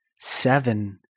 seven